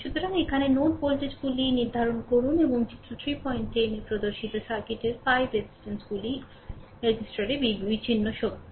সুতরাং এখানে নোড ভোল্টেজগুলিও নির্ধারণ করুন এবং চিত্র 310 এ প্রদর্শিত সার্কিটের 5 res গুলি রেজিস্টারে বিচ্ছিন্ন শক্তি